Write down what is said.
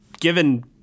given